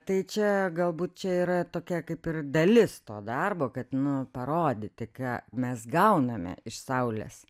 tai čia galbūt čia yra tokia kaip ir dalis to darbo kad nu parodyti ką mes gauname iš saulės